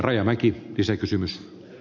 herra puhemies